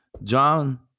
John